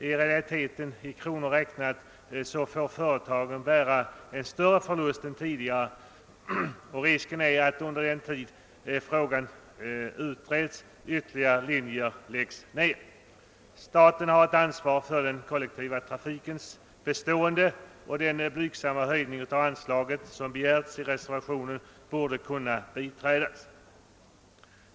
I realiteten — d. v. s. i kronor räknat — får företagen bära en större förlust nu än tidigare, och' det föreligger risk för att ytterligare linjer läggs ner under den tid då frågan utreds. Staten har ett ansvar för den kollektiva trafikens bestående, och den blygsamma höjning av anslaget som begärts i reservationen borde kunna biträdas.